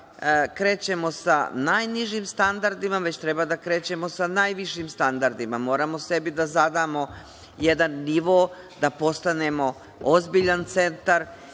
krećemo sa najnižim standardima, nego treba da krećemo sa najvišim standardima. Moramo sebi da zadamo jedan nivo, da postanemo ozbiljan centar.